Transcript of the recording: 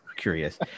curious